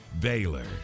Baylor